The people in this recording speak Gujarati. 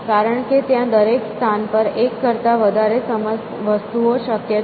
કારણ કે ત્યાં દરેક સ્થાન પર એક કરતા વધારે વસ્તુઓ શક્ય છે